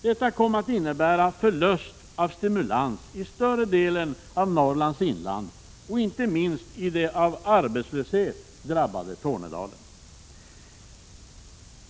Detta kom att innebära förlust av stimulans i större delen av Norrlands inland och inte minst i det av arbetslöshet drabbade Tornedalen.